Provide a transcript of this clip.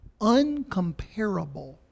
uncomparable